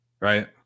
right